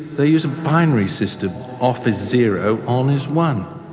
they use a binary system off is zero, on is one.